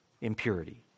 impurity